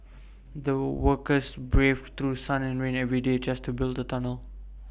the workers braved through sun and rain every day just to build the tunnel